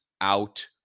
out